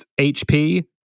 HP